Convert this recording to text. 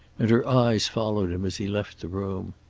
and her eyes followed him as he left the room.